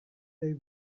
they